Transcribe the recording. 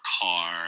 car